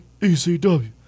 ECW